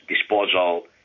disposal